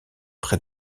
près